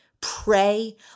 pray